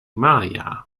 maya